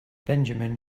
benjamin